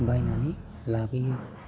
बायनानै लाबोयो